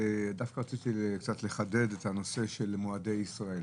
דווקא רציתי קצת לחדד את הנושא של מועדי ישראל.